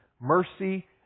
mercy